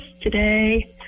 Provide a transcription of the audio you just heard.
today